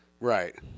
Right